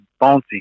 bouncy